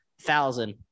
Thousand